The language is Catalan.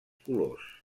colors